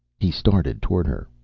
he started toward her,